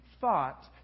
thought